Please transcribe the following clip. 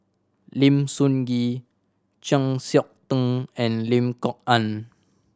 Lim Sun Gee Chng Seok Tin and Lim Kok Ann